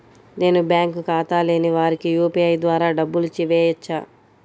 నేను బ్యాంక్ ఖాతా లేని వారికి యూ.పీ.ఐ ద్వారా డబ్బులు వేయచ్చా?